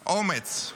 אומץ.